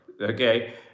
okay